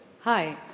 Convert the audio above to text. Hi